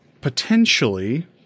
potentially